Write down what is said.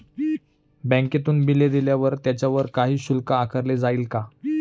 बँकेतून बिले दिल्यावर त्याच्यावर काही शुल्क आकारले जाईल का?